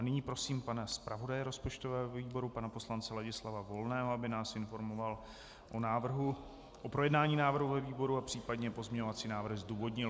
Nyní prosím pana zpravodaje rozpočtového výboru, pana poslance Ladislava Volného, aby nás informoval o návrhu o projednání návrhu ve výboru a případně pozměňovací návrh zdůvodnil.